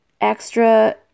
extra